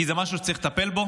כי זה משהו שצריך לטפל בו,